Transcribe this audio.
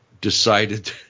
decided